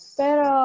pero